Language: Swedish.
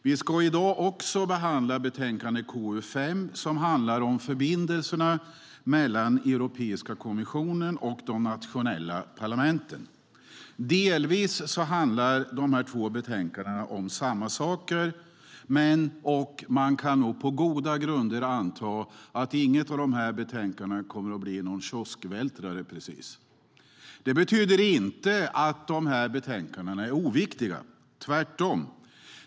Vi ska i dag också behandla utlåtande KU5, som handlar om förbindelserna mellan Europeiska kommissionen och de nationella parlamenten. Delvis handlar de här två dokumenten om samma saker. Man kan nog på goda grunder anta att inget av dem kommer att bli någon kioskvältare. Men det betyder inte att de är oviktiga - tvärtom.